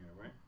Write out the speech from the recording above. right